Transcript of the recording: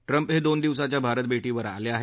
Trump हे दोन दिवसांच्या भारत भेटीवर आले आहेत